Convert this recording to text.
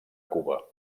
cuba